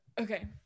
Okay